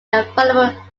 available